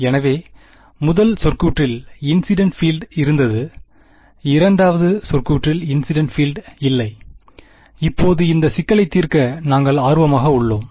எனவே முதல் சொற்கூற்றில் இன்சிடென்ட் பீல்ட் இருந்தது இரண்டாவது சொற்கூற்றில் இன்சிடென்ட் பீல்ட் இல்லை இப்போது இந்த சிக்கலை தீர்க்க நாங்கள் ஆர்வமாக உள்ளோம்